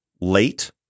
late